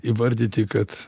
įvardyti kad